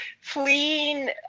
fleeing